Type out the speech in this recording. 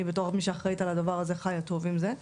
אני בתור מי שאחראית על הדבר הזה, חיה טוב עם זה.